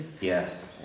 Yes